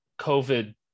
COVID